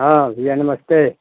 हाँ भैया नमस्ते